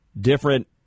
different